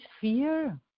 fear